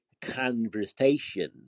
conversation